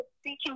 speaking